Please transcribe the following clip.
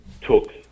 took